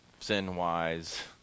sin-wise